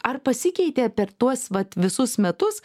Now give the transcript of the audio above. ar pasikeitė per tuos vat visus metus